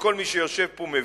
וכל מי שיושב פה מבין,